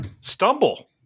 stumble